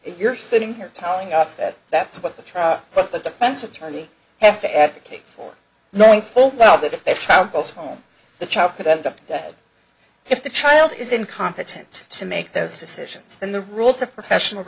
you're sitting here telling us that that's what the trial but the defense attorney has to advocate for knowing full well that if a child goes home the child could end up dead if the child is incompetent to make those decisions and the rules of professional